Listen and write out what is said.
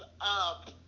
up